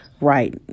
Right